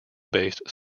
based